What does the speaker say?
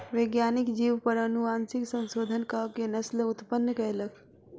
वैज्ञानिक जीव पर अनुवांशिक संशोधन कअ के नस्ल उत्पन्न कयलक